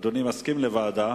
אדוני מסכים לוועדה?